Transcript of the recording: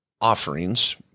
offerings